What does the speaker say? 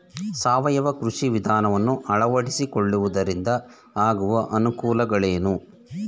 ಸಾವಯವ ಕೃಷಿ ವಿಧಾನವನ್ನು ಅಳವಡಿಸಿಕೊಳ್ಳುವುದರಿಂದ ಆಗುವ ಅನುಕೂಲಗಳೇನು?